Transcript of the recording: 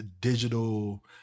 digital